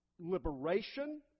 liberation